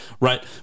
right